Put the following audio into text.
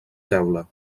teula